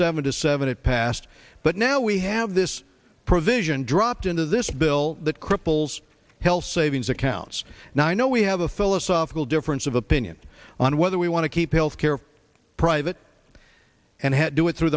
seventy seven it passed but now we have this provision dropped into this bill that cripples health savings accounts now i know we have a philosophical difference of opinion on whether we want to keep health care private and had do it through